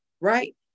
right